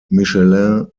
michelin